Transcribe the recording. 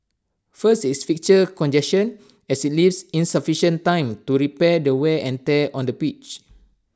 first is fixture congestion as IT leaves insufficient time to repair the wear and tear on the pitch